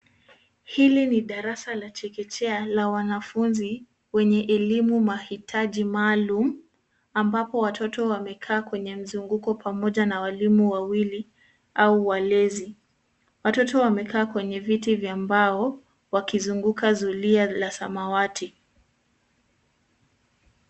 Hili ni darasa la chekechea la wanafunzi wenye elimu mahitaji maalum . Amabapo watoto wamekaa kwenye mzunguko pamoja na walimu wawili au walezi . Watoto wamekaa kwenye viti vya mbao wakizunguka zulia la samwati.